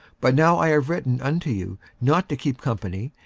but now i have written unto you not to keep company,